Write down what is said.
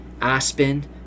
Aspen